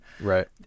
Right